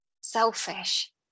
selfish